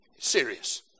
Serious